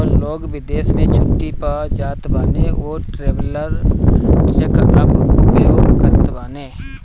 जवन लोग विदेश में छुट्टी पअ जात बाने उ ट्रैवलर चेक कअ उपयोग करत बाने